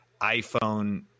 iPhone